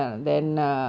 ah